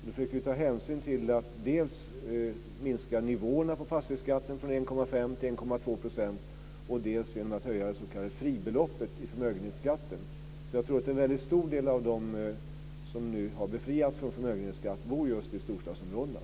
Vi försökte åstadkomma detta genom att dels minska nivåerna på fastighetskatten från 1,5 till 1,2 %, dels höja det s.k. fribeloppet i förmögenhetsskatten. Jag tror att en väldigt stor del av dem som nu har befriats från förmögenhetsskatt bor just i storstadsområdena.